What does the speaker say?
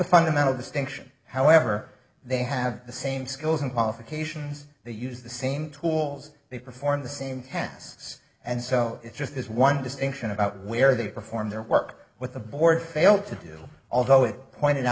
the fundamental distinction however they have the same skills and qualifications they use the same tools they perform the same hands and so it just is one distinction about where they perform their work with a board failed to do although it pointed